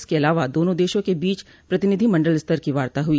इसके अलावा दोनों देशों के बीच प्रतिनिधिमंडल स्तर की वार्ता हुई